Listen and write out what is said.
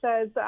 says